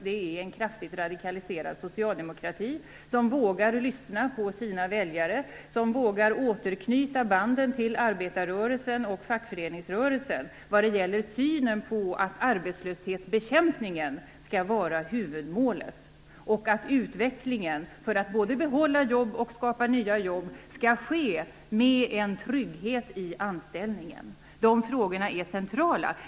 Det är en kraftigt radikaliserad socialdemokrati som vågar lyssna på sina väljare och vågar återknyta banden till arbetarrörelsen och fackföreningsrörelsen vad gäller synen på att arbetslöshetsbekämpningen skall vara huvudmålet och att utvecklingen både för att behålla jobb och skapa nya jobb skall ske med en trygghet i anställningen. De frågorna är centrala.